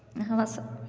हमरा सभ